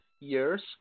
years